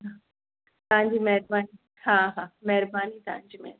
तव्हांजी महिरबानी हा हा महिरबानी तव्हांजी महिरबानी